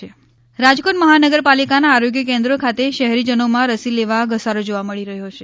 corona Rajkot Rajkot મહાનગરપાલિકાના આરોગ્ય કેન્દ્રો ખાતે શહેરીજનોમાં રસી લેવા ઘસારો જોવા મળી રહ્યો છે